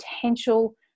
potential